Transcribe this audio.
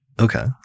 Okay